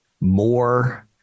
More